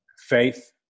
Faith